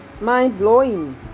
mind-blowing